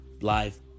live